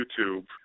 YouTube